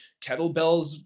kettlebells